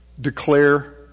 declare